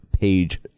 Page